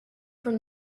from